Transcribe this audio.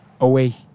away